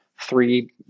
three